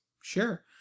Sure